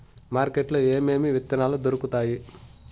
market లో ఏమేమి విత్తనాలు దొరుకుతాయి